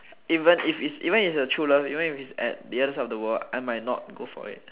even if it's even it's a true love even if it's at the other side of the world I might not go for it